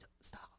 Stop